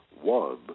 one